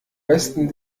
besten